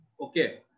okay